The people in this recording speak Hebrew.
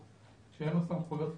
גוף שאין לו סמכויות פורמאליות,